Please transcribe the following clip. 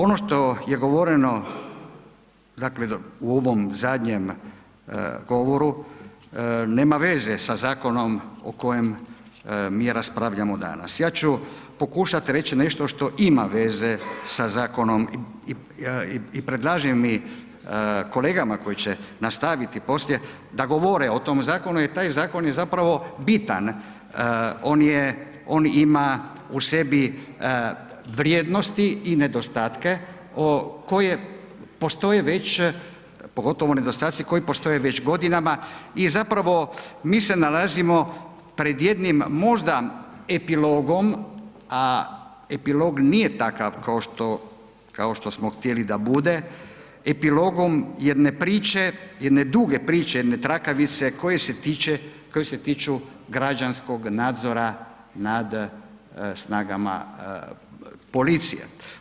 Ono što je govoreno dakle u ovom zadnjem govoru, nema veze sa zakonom o kojem mi raspravljamo danas. ja ću pokušat reć nešto što ima veze sa zakonom i predlažem i kolegama koji će nastaviti poslije, da govore o tom zakonu jer taj zakon je zapravo bitan, on ima u sebi vrijednosti i nedostatke koji postoje već, pogotovo nedostaci koji postoje već godinama i zapravo mi se nalazimo pred jednim možda epilogom a epilog nije takav kao što smo htjeli da bude, epilogom jedne priče, jedne duge priče, jedne trakavice koja se tiče građanskog nadzora nad snagama policije.